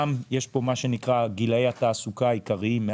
"גילאי התעסוקה העיקריים",